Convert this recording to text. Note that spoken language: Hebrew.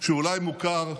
שאולי מוכר,